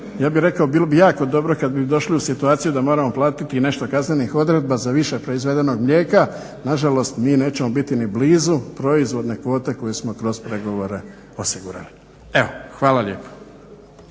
ja bih rekao bilo bi jako dobro kada bi došli u situaciju da moramo platiti i nešto kaznenih odredba za više proizvedenog mlijeka, nažalost mi nećemo biti ni blizu proizvodne kvote koju smo kroz pregovore osigurali. Evo, hvala lijepo.